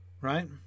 right